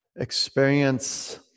Experience